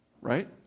right